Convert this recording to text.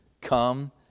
Come